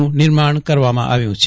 નું નિર્માણ કરવામાં આવ્યું છે